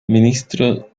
ministro